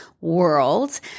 world